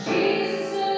Jesus